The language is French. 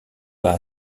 pas